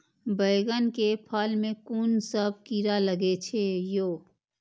बैंगन के फल में कुन सब कीरा लगै छै यो?